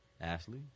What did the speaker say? Ashley